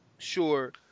Sure